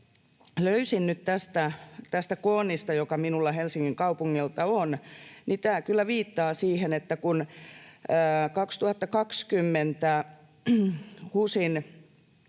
löysin nyt tästä koonnista, joka minulla Helsingin kaupungilta on, tämän asian, joka kyllä viittaa siihen. Kun 2020